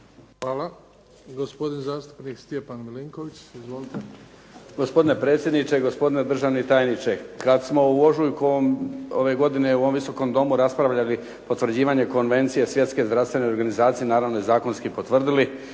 Hvala. Gospodin zastupnik Stjepan Milinković. Izvolite. **Milinković, Stjepan (HDZ)** Gospodine predsjedniče, gospodine državni tajniče. Kad smo u ožujku ove godine u ovom Viskom domu raspravljali potvrđivanje Konvencije Svjetske zdravstvene organizacije, naravno i zakonski potvrdili,